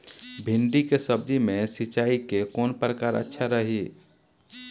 भिंडी के सब्जी मे सिचाई के कौन प्रकार अच्छा रही?